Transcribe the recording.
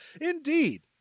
Indeed